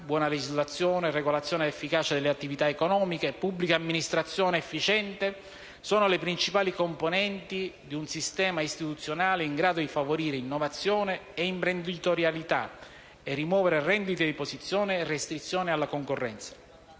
buona legislazione, regolazione efficace delle attività economiche, pubblica amministrazione efficiente sono le principali componenti di un sistema istituzionale in grado di favorire innovazione e imprenditorialità e rimuovere rendite di posizione e restrizioni alla concorrenza.